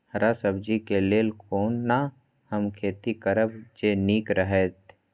हरा सब्जी के लेल कोना हम खेती करब जे नीक रहैत?